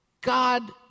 God